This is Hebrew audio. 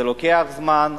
זה לוקח זמן,